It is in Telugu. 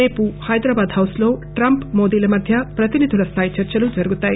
రేపు హైదరాబాద్ హౌస్ లో ట్రంప్ మోదీల మధ్య ప్రతినిధుల స్థాయి చర్చలు జరుగుతాయి